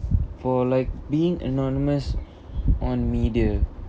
for like being anonymous on media